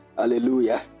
Hallelujah